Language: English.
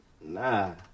Nah